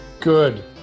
Good